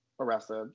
arrested